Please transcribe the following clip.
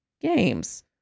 games